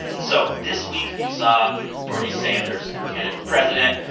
and so this week we saw bernie sanders, a candidate for president,